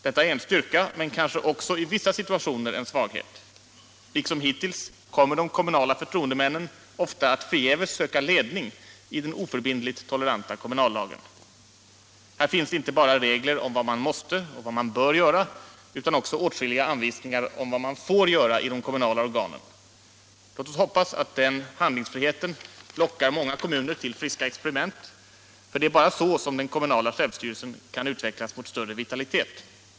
Detta är en styrka men kanske också i vissa situationer en svaghet; liksom hittills kommer de kommunala förtroendemännen ofta att förgäves söka ledning i den oförbindligt toleranta kommunallagen. Här finns inte bara regler om vad man ”måste” och ”bör” göra utan också åtskilliga anvisningar om vad man ”får” göra i de kommunala organen. Låt oss hoppas att den handlingsfriheten lockar många kommuner till friska experiment, för det är bara så som den kommunala självstyrelsen kan utvecklas mot större vitalitet.